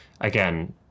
again